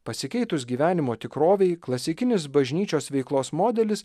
pasikeitus gyvenimo tikrovei klasikinis bažnyčios veiklos modelis